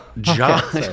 John